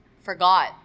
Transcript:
forgot